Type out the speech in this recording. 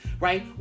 right